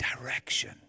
direction